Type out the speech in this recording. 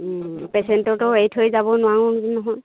পেচেণ্টটোতো এৰি থৈ যাব নোৱাৰোঁ নহয়